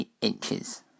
inches